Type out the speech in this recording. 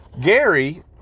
gary